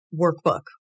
workbook